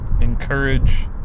Encourage